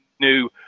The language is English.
new